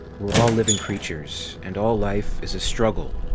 we're all living creatures, and all life is a struggle.